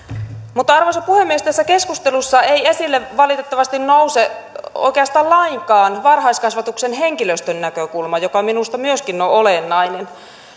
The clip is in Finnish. mutta arvoisa puhemies tässä keskustelussa ei esille valitettavasti nouse oikeastaan lainkaan varhaiskasvatuksen henkilöstön näkökulma joka minusta myöskin on olennainen